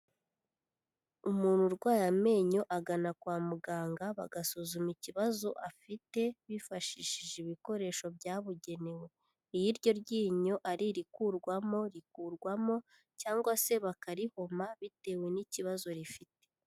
Umuntu urwaye amenyo agana kwa muganga bagasuzuma ikibazo afite bifashishije ibikoresho byabugenewe, iyo iryo ryinyo ari irikurwamo rikurwamo cyangwa se bakarihoma bitewe n'ikibazo rifite.